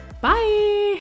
Bye